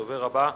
הדובר הבא,